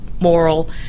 moral